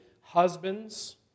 husbands